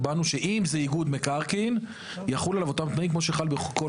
אמרנו שאם זה איגוד מקרקעין יחולו עליו אותם התנאים כמו שחל בכל